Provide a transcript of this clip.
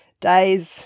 days